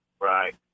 Right